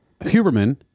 Huberman